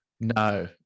No